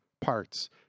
parts